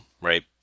right